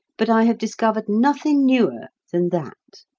but i have discovered nothing newer than that.